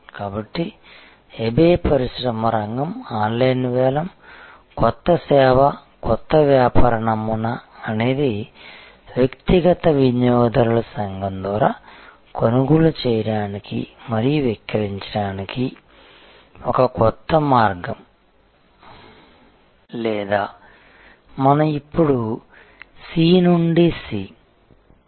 కాబట్టి eBay పరిశ్రమ రంగం ఆన్లైన్ వేలం కొత్త సేవ కొత్త వ్యాపార నమూనా అనేది వ్యక్తిగత వినియోగదారుల సంఘం ద్వారా కొనుగోలు చేయడానికి మరియు విక్రయించడానికి ఒక కొత్త మార్గం లేదా మనం ఇప్పుడు C నుండి C